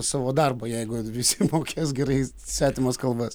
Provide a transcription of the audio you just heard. savo darbą jeigu visi mokės gerai svetimas kalbas